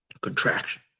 contraction